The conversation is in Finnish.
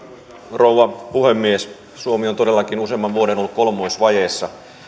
rouva puhemies suomi on todellakin useamman vuoden ollut kolmoisvajeessa